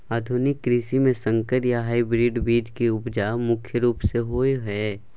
आधुनिक कृषि में संकर या हाइब्रिड बीज के उपजा प्रमुख रूप से होय हय